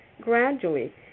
gradually